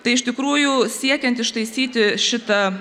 tai iš tikrųjų siekiant ištaisyti šitą